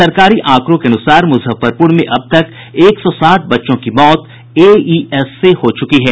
सरकारी आंकड़ों के अनुसार मुजफ्फरपुर में अब तक एक सौ साठ बच्चों की मौत एईएस से हो चुकी है